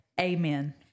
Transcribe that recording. Amen